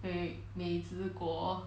wait wait 美滋锅